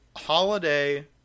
holiday